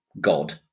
God